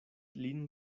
lin